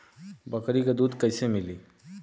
बकरी क दूध कईसे मिली?